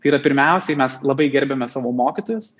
tai yra pirmiausiai mes labai gerbiame savo mokytojus